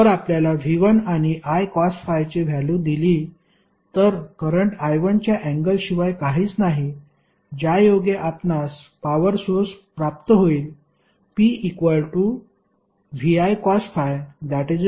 तर आपल्याला V1 आणि I cos φ ची व्हॅल्यु दिली तर करंट I1 च्या अँगलशिवाय काहीच नाही ज्यायोगे आपणास पॉवर सोर्स प्राप्त होईल